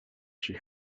she